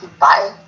Bye